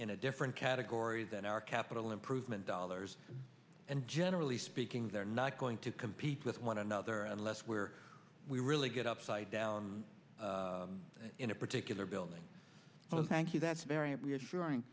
in a different category than our capital improvement dollars and generally speaking they're not going to compete with one another unless where we really get upside down in a particular building thank you that's very reassuring